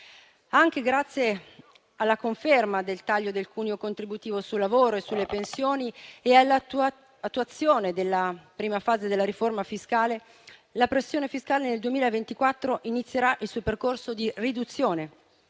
Anche grazie alla conferma del taglio del cuneo contributivo sul lavoro e sulle pensioni e all'attuazione della prima fase della riforma fiscale, la pressione fiscale nel 2024 inizierà il suo percorso di riduzione.